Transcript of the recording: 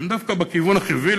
הם דווקא בכיוון החיובי,